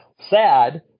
sad